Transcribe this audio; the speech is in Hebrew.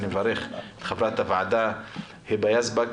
אני מברך את חברת הוועדה היבה יזבק,